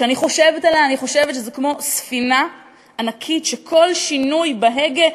כשאני חושבת עליה אני חושבת שזה כמו ספינה ענקית שכל שינוי בהגה,